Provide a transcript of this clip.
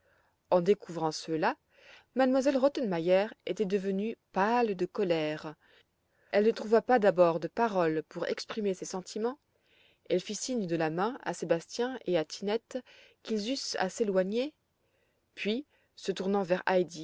en découvrant cela m elle rottenmeier était devenue pâle de colère elle ne trouva pas d'abord de paroles pour exprimer ses sentiments elle fit signe de la main à sébastien et à tinette qu'ils eussent à s'éloigner puis se tournant vers